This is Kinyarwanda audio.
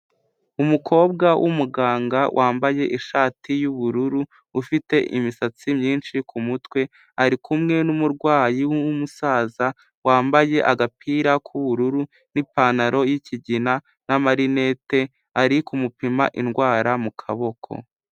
Umukobwa w'umuganga wambaye ishati y'ubururu ufite imisatsi myinshi ku mutwe ari kumwe n'umurwayi w'umusaza, wambaye agapira k'ubururu n'ipantaro yikigina na marinete ari kumupima indwara mu kaboko.